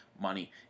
money